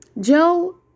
Joe